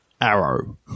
Arrow